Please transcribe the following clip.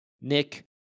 Nick